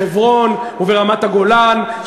בחברון וברמת-הגולן.